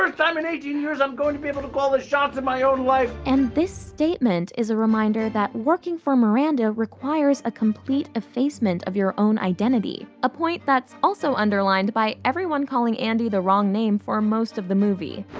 um time in eighteen years i'm going to be able to call shots in my own life. and this statement is a reminder that working for miranda requires a complete effacement of your own identity a point that's also underlined by everyone calling andy the wrong name for most of the movie.